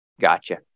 Gotcha